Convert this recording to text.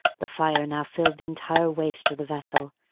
the fire now filled the entire waist of the vessel,